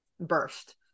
burst